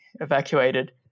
evacuated